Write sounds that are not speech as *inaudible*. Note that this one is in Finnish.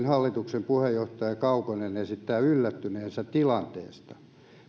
*unintelligible* hallituksen puheenjohtaja kaukonen esittää yllättyneensä tilanteesta